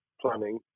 planning